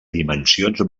dimensions